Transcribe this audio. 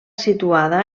situada